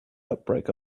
outbreak